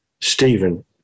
Stephen